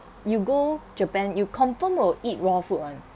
you go japan you confirm will eat raw food [one]